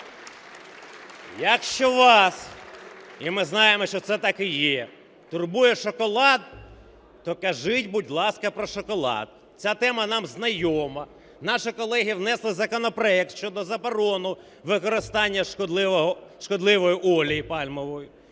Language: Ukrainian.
Якщо вас, і ми знаємо, що це так і є, турбує шоколад, то кажіть, будь ласка, про шоколад. Ця тема нам знайома, наші колеги внесли законопроект щодо заборони використання шкідливої олії пальмової,